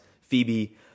Phoebe